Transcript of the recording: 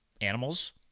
animals